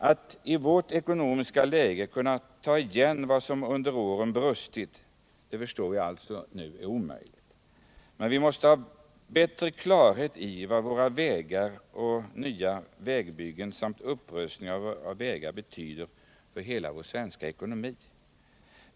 Att i vårt ekonomiska läge ta igen vad som under åren brustit förstår jag nu är omöjligt. Men vi måste ha bättre klarhet i vad nya vägbyggen och upprustning av våra vägar betyder för hela den svenska ekonomin.